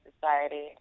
Society